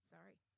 Sorry